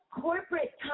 corporate